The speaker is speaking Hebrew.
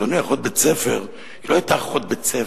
אדוני, אחות בית-ספר לא היתה אחות בית-ספר,